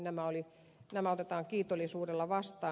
nämä otetaan kiitollisuudella vastaan